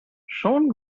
schon